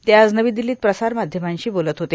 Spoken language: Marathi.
ते आज नवी दिल्लांत प्रसारमाध्यमांशी बोलत होते